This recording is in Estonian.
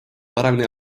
paremini